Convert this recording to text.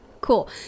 cool